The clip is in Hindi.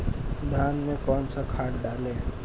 धान में कौन सा खाद डालें?